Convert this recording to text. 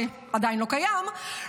שעדיין לא קיים,